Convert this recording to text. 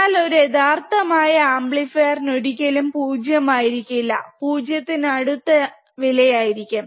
എന്നാൽ ഒരു യഥാർത്ഥമായ അമ്പ്ലിഫീർന് ഒരിക്കലും 0 ആയിരിക്കില്ല പൂജ്യത്തിനു അടുത്ത ആയിരിക്കും